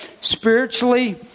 spiritually